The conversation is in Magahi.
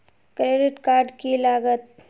क्रेडिट कार्ड की लागत?